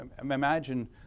imagine